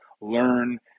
learn